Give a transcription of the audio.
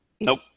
Nope